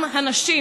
אחרת.